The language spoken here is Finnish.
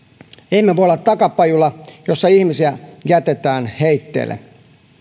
emme voi olla takapajula jossa ihmisiä jätetään heitteille